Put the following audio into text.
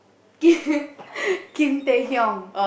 Kim Kim-Tae-Hyung